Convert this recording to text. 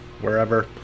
wherever